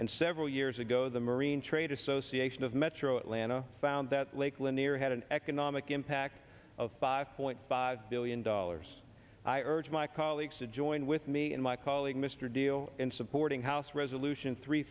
and several years ago the marine trade association of metro atlanta found that lake lanier had an economic impact of five point five billion dollars i urge my colleagues to join with me and my colleague mr deal in supporting house resolution three